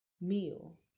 meal